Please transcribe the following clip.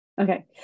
Okay